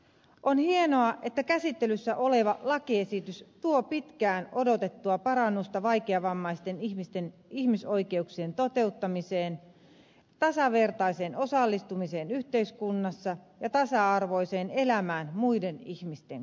on hienoa että käsittelyssä oleva lakiesitys tuo pitkään odotettua parannusta vaikeavammaisten ihmisten ihmisoikeuksien toteuttamiseen tasavertaiseen osallistumiseen yhteiskunnassa ja tasa arvoiseen elämään muiden ihmisten kanssa